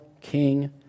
king